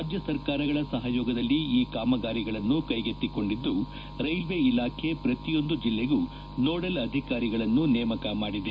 ರಾಜ್ಯ ಸರ್ಕಾರಗಳ ಸಹಯೋಗದಲ್ಲಿ ಈ ಕಾಮಗಾರಿಗಳನ್ನು ಕೈಗೆತ್ತಿಕೊಂಡಿದ್ದು ರೈಲ್ವೆ ಇಲಾಖೆ ಪ್ರತಿಯೊಂದು ಜಿಲ್ಲೆಗೂ ನೋಡಲ್ ಅಧಿಕಾರಿಗಳನ್ನು ನೇಮಕ ಮಾಡಿದೆ